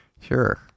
sure